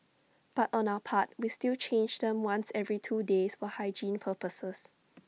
but on our part we still change them once every two days for hygiene purposes